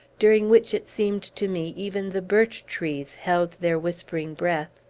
during which, it seemed to me, even the birch-trees held their whispering breath,